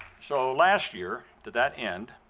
so last year, to that end,